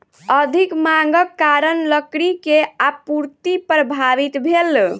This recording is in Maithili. अधिक मांगक कारण लकड़ी के आपूर्ति प्रभावित भेल